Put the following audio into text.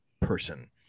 person